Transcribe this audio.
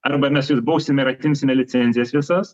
arba mes jus bausime ir atimsime licenzijas visas